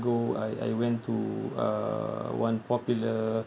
ago I I went to uh one popular